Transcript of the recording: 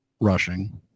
rushing